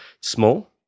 small